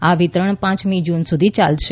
આ વિતરણ પાંચમી જૂન સુધી ચાલશે